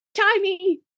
tiny